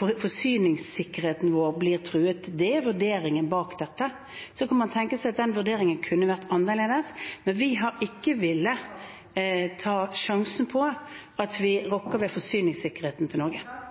forsyningssikkerheten blir truet. Det er vurderingen bak dette. Så kan man tenke seg at den vurderingen kunne vært annerledes, men vi har ikke villet ta sjansen på å rokke ved forsyningssikkerheten til Norge.